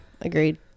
Agreed